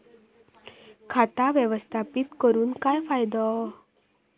खाता व्यवस्थापित करून काय फायदो?